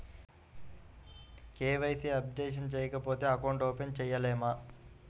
KYC updation చేయకపోతే account open చేయలేమా?